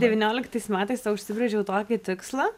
devynioliktais metais sau užsibrėžiau tokį tikslą